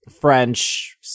French